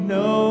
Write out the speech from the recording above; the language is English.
no